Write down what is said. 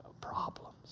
problems